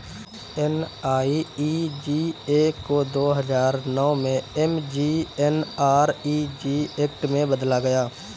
NREGA को दो हजार नौ में एम.जी.एन.आर.इ.जी एक्ट में बदला गया